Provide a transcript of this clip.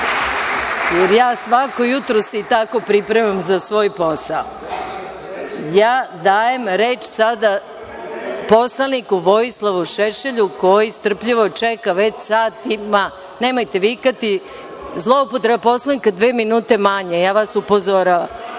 jer ja svako jutro se i tako pripremam za svoj posao. Dajem reč sada poslaniku Vojislavu Šešelju, koji strpljivo čeka već satima. Nemojte vikati, zloupotreba Poslovnika, dve minute manje, ja vas